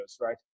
right